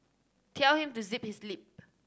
tell him to zip his lip